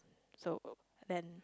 so then